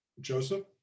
Joseph